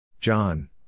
John